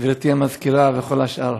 גברתי המזכירה וכל השאר.